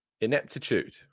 ineptitude